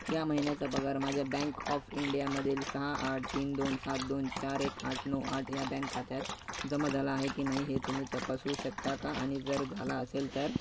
या महिन्याचा पगार माझ्या बँक ऑफ इंडियामधील सहा आठ तीन दोन सात दोन चार एक आठ नऊ आठ या बँक खात्यात जमा झाला आहे की नाही हे तुम्ही तपासू शकता का आणि जर झाला असेल तर